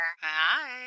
Hi